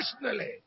personally